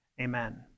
Amen